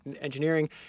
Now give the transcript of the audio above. engineering